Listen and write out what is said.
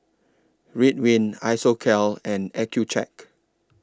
Ridwind Isocal and Accucheck